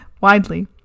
widely